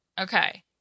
Okay